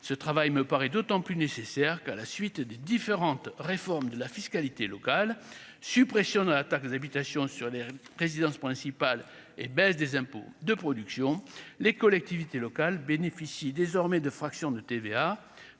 ce travail me paraît d'autant plus nécessaire qu'à la suite des différentes réformes de la fiscalité locale, suppression de la taxe d'habitation sur les résidences principales et baisse des impôts, de production, les collectivités locales bénéficient désormais de fraction de TVA